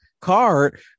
card